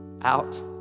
out